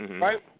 Right